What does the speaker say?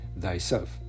thyself